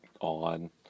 on